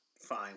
fine